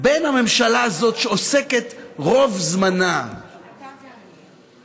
בין הממשלה הזאת, שעוסקת רוב זמנה בלהעליב,